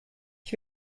ich